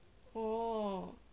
oh